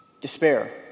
despair